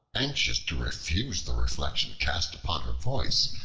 anxious to refute the reflection cast upon her voice,